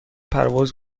پرواز